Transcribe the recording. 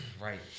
Right